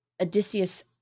Odysseus